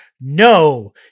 No